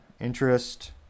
interest